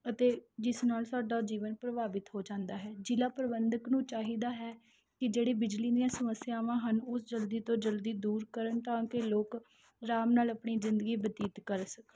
ਅਤੇ ਜਿਸ ਨਾਲ ਸਾਡਾ ਜੀਵਨ ਪ੍ਰਭਾਵਿਤ ਹੋ ਜਾਂਦਾ ਹੈ ਜ਼ਿਲ੍ਹਾ ਪ੍ਰਬੰਧਕ ਨੂੰ ਚਾਹੀਦਾ ਹੈ ਕਿ ਜਿਹੜੀ ਬਿਜਲੀ ਦੀਆਂ ਸਮੱਸਿਆਵਾਂ ਹਨ ਉਹ ਜਲਦੀ ਤੋਂ ਜਲਦੀ ਦੂਰ ਕਰਨ ਤਾਂਕਿ ਲੋਕ ਆਰਾਮ ਨਾਲ ਆਪਣੀ ਜ਼ਿੰਦਗੀ ਬਤੀਤ ਕਰ ਸਕਣ